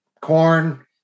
corn